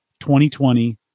2020